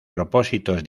propósitos